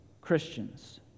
Christians